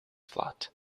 flood